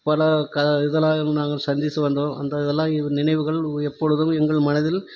பல க இதெலாம் நாங்கள் சந்திச்சு வந்தோம் அந்த இதெலாம் இ நினைவுகள் எப்பொழுதும் எங்கள் மனதில்